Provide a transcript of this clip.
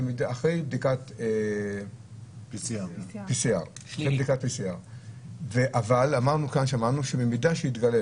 אחרי בדיקת PCR. אבל אמרנו שבמידה שיתגלה